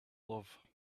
love